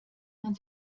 man